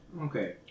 Okay